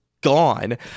gone